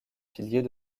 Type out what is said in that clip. piliers